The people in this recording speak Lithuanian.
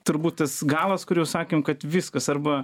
turbūt tas galas kur jau sakėm kad viskas arba